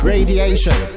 Radiation